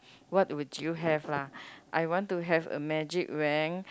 what would you have lah I want to a magic wand